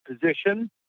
position